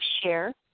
share